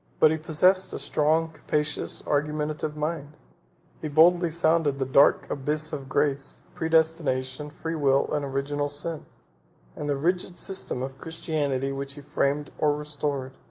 but he possessed a strong, capacious, argumentative mind he boldly sounded the dark abyss of grace, predestination, free will, and original sin and the rigid system of christianity which he framed or restored,